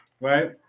Right